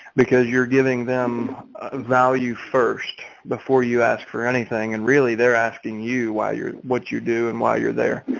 because you're giving them value first before you ask for anything and really they're asking you why you're, what you do and why you're there.